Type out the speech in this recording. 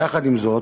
יחד עם זאת,